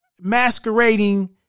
masquerading